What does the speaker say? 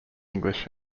english